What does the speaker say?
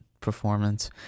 performance